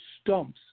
stumps